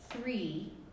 Three